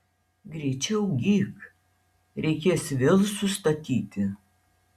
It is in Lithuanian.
greičiau gyk reikės vėl sustatyti